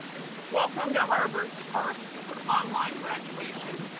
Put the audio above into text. welcome to harvard's first online graduation,